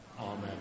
Amen